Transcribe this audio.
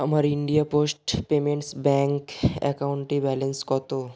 আমার India Post Payments Bank account balance কতো